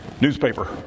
newspaper